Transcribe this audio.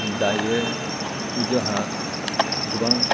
दायो जाहा गोबां